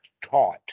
taught